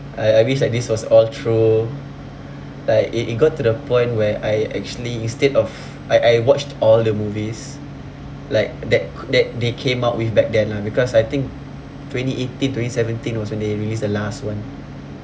I I wish like this was all true like it it got to the point where I actually instead of I I watched all the movies like that that they came out with back then lah because I think twenty eighteen twenty seventeen was when they released the last one